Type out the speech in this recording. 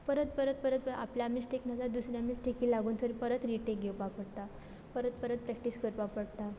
परत परत परत प आपल्या मिस्टेक नाजाल्या दुसऱ्या मिस्टेकी लागून तर परत रिटेक घेवपा पडटा परत परत प्रॅक्टीस करपा पडटा